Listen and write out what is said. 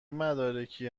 مدارکی